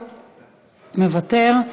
מוותר,